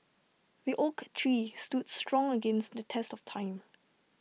the oak tree stood strong against the test of time